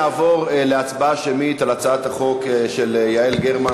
נעבור להצבעה שמית על הצעת החוק של יעל גרמן,